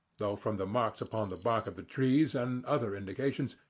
though from the marks upon the bark of the trees, and other indications,